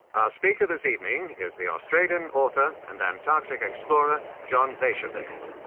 ah speaker this evening is the australian author and antarctic explorer, john bechervaise.